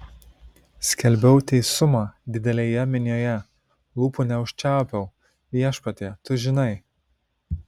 skelbiau teisumą didelėje minioje lūpų neužčiaupiau viešpatie tu žinai